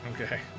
Okay